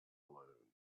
alone